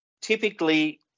typically